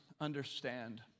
understand